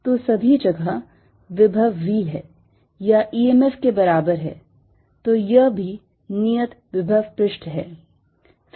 तो सभी जगह विभव V है या EMF के बराबर है तो यह भी नियत विभव पृष्ठ है